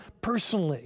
personally